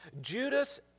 Judas